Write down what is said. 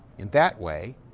in that way,